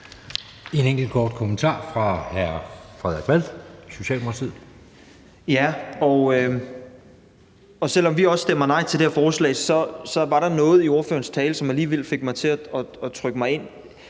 en enkelt kort bemærkning fra hr. Frederik Vad, Socialdemokratiet. Kl. 16:57 Frederik Vad (S): Selv om vi også stemmer nej til det her forslag, var der noget i ordførerens tale, som alligevel fik mig til at trykke mig ind.